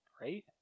right